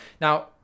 Now